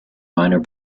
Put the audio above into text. minor